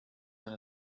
than